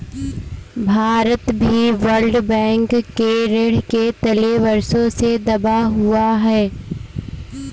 भारत भी world bank के ऋण के तले वर्षों से दबा हुआ है